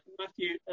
Matthew